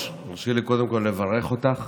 תרשי לי קודם כול לברך אותך